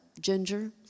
Ginger